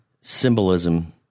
symbolism